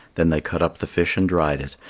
then they cut up the fish and dried it,